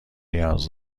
نیاز